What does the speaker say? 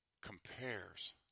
compares